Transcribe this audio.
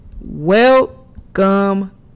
Welcome